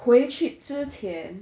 回去之前